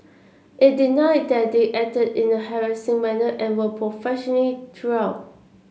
it denied that they acted in a harassing manner and were throughout